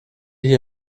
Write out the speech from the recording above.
hier